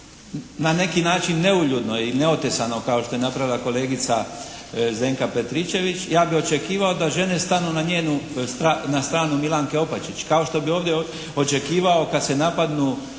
na neki način neuljudno i neotesano kao što je napravila kolegice Zdenka Petričević ja bi očekivao da žene stanu na njenu stranu, na stranu Milanke Opačić. Kao što bi ovdje očekivao kad se napadnu,